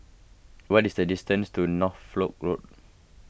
what is the distance to Norfolk Road